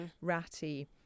Ratty